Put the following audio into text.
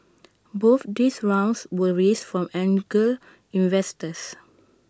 both these rounds were raised from angel investors